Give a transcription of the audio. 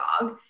dog